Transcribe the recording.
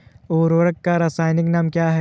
उर्वरक का रासायनिक नाम क्या है?